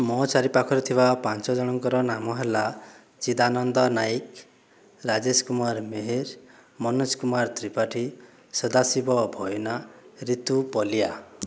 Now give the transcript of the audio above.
ମୋ' ଚାରି ପାଖରେ ଥିବା ପାଞ୍ଚ ଜଣଙ୍କର ନାମ ହେଲା ଚିଦାନନ୍ଦ ନାୟକ ରାଜେଶ କୁମାର ମେହେର ମନୋଜ କୁମାର ତ୍ରିପାଠୀ ସଦାଶିବ ଭଇନା ରିତୁ ପଲିଆ